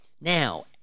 Now